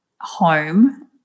home